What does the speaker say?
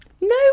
No